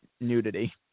nudity